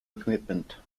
equipment